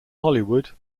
hollywood